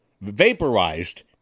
vaporized